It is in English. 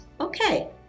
okay